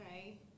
Okay